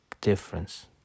difference